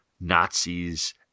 Nazis